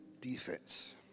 Defense